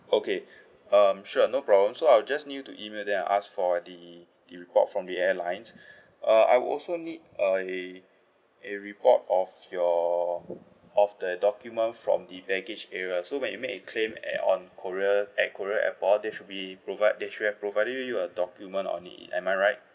okay um sure no problem so I'll just need you to email then I'll ask for the the report from the airlines uh I will also need a a report of your of the document from the baggage area so when you make a claim at on korea at korea airport they should be provide they should have provided you a document on it am I right